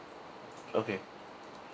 okay